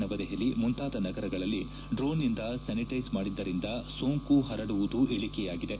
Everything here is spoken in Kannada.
ನವದೆಹಲಿ ಮುಂತಾದ ನಗರಗಳಲ್ಲಿ ದ್ರೋಣ್ನಿಂದ ಸ್ಥಾನಿಟ್ಟೆಸ್ ಮಾಡಿದ್ದರಿಂದ ಸೋಂಕು ಪರಡುವುದು ಇಳಿಕೆಯಾಗಿದೆ